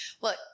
Look